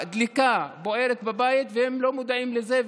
הדלקה בוערת בבית והם לא מודעים לזה,